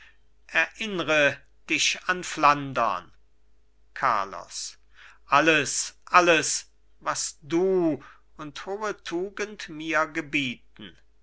erinnre dich an flandern carlos alles alles was du und hohe tugend mir gebieten